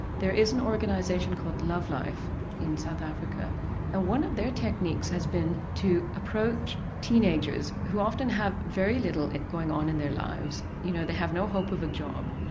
there is an organisation called lovelife in south africa now and one of their techniques has been to approach teenagers who often have very little going on in their lives, you know they have no hope of a job,